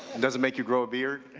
doesn't make you grow a beard